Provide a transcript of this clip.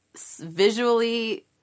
visually